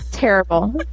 Terrible